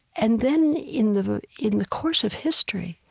and then, in the in the course of history,